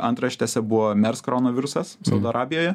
antraštėse buvo merskorona virusas saudo arabijoje